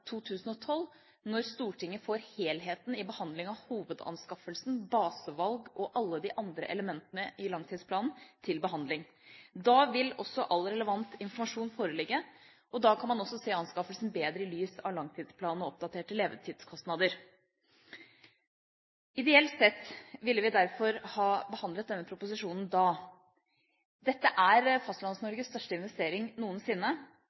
2012, når Stortinget får helheten i behandlingen av hovedanskaffelsen, basevalg og alle de andre elementene i langtidsplanen til behandling. Da vil all relevant informasjon foreligge, og da kan man også se anskaffelsen bedre i lys av langtidsplanen og oppdaterte levetidskostnader. Ideelt sett ville vi derfor ha behandlet denne proposisjonen da. Dette er Fastlands-Norges største investering noensinne,